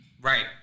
Right